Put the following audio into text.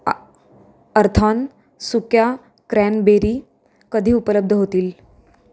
आ अर्थान सुक्या क्रॅनबेरी कधी उपलब्ध होतील